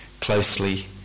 closely